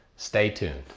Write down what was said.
stay tuned.